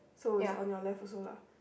so it's on your left also lah